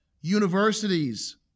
universities